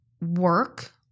work